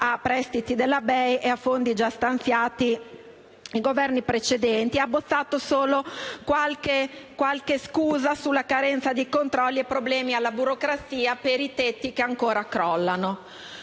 a prestiti della BEI e a fondi già stanziati da Governi precedenti. Ha abbozzato solo qualche scusa sulla carenza di controlli e problemi di burocrazia per i tetti che ancora crollano.